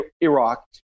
Iraq